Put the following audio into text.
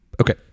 Okay